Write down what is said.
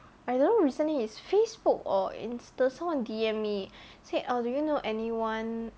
I don't know recently is facebook or insta someone D_M said orh do you know anyone